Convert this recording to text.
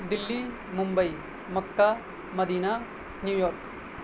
Delhi Mumbai Mecca Medina New York